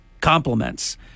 compliments